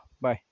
Bye